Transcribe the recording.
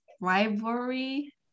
rivalry